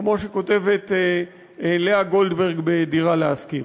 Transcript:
כמו שכותבת לאה גולדברג ב"דירה להשכיר".